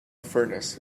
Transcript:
furness